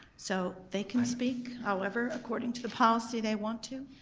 so they can speak however according to the policy they want to,